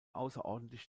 außerordentlich